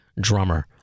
drummer